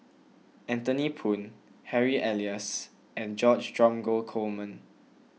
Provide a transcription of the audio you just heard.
Anthony Poon Harry Elias and George Dromgold Coleman